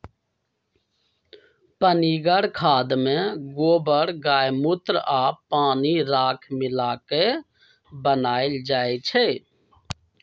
पनीगर खाद में गोबर गायमुत्र आ पानी राख मिला क बनाएल जाइ छइ